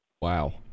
Wow